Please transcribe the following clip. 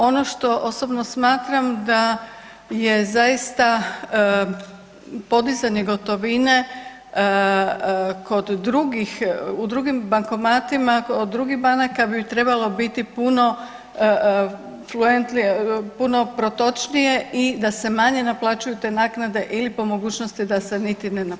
Ono što osobno smatram da je zaista podizanje gotovine kod drugih u drugim bankomatima od drugih banaka bi trebalo biti puno fluentnije, puno protočnije i da se manje naplaćuju te naknade ili po mogućosti da se niti ne naplaćuju.